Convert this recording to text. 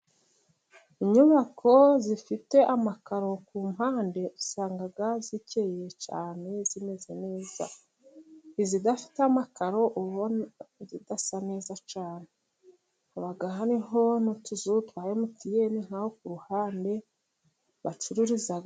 Inyubako zifite amakaro ku mpande, usanga zikeye cyane zimeze neza, izidafite amakaro uba ubona zidasa neza cyane, haba hariho n'utuzu twa emutiyene nk'aho ku ruhande bacururiza.